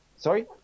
Sorry